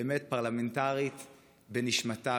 באמת פרלמנטרית בנשמתה,